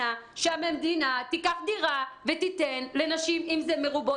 שהמדינה תיקח דירה ותיתן לנשים אם זה מרובות ילדים,